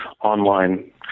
online